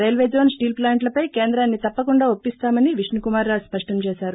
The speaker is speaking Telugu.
రైల్వేజొన్ స్టిల్ప్లాంట్పై కేంద్రాన్ని తప్పకుండా ఒప్పిస్తామని విష్ణుకుమార్రాజు స్పష్టం చేశారు